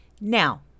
Now